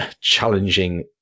challenging